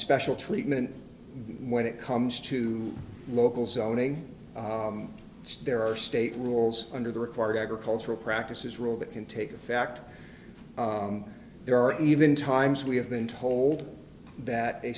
special treatment when it comes to local zoning there are state rules under the required agricultural practices rule that can take a fact there are even times we have been told that a